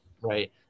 right